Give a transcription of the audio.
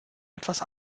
etwas